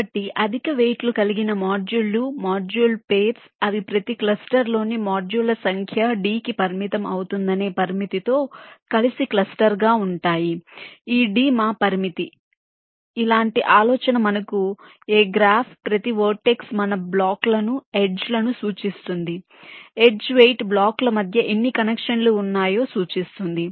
కాబట్టి అధిక వెయిట్ లు కలిగిన మోడ్యూల్ లు మాడ్యూళ్ల పైర్స్ అవి ప్రతి క్లస్టర్లోని మాడ్యూళ్ల సంఖ్య d కి పరిమితం అవుతుందనే పరిమితితో కలిసి క్లస్టర్ గా ఉంటాయి ఈ d మా పరిమితి ఇలాంటి ఆలోచన మనకు a గ్రాఫ్ ప్రతి వెర్టెక్స్ మన బ్లాకులను ఎడ్జ్ లను సూచిస్తుంది ఎడ్జ్ వెయిట్ బ్లాకుల మధ్య ఎన్ని కనెక్షన్లు ఉన్నాయో సూచిస్తుంది